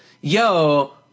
Yo